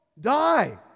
die